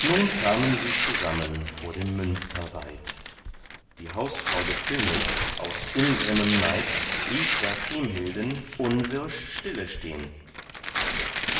nun kamen sie zusammen vor dem münster weit die hausfrau des königs aus ingrimmem neid hieß da kriemhilden unwirsch stille stehn